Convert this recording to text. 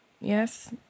yes